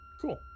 Cool